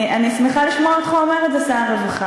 אני שמחה לשמוע אותך אומר את זה, שר הרווחה.